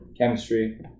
chemistry